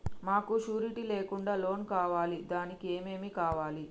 మాకు షూరిటీ లేకుండా లోన్ కావాలి దానికి ఏమేమి కావాలి?